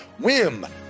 Wim